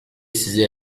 sizi